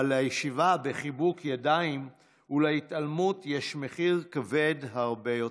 אבל לישיבה בחיבוק ידיים ולהתעלמות יש מחיר כבד הרבה יותר,